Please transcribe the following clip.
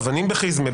אבנים בחיזמה,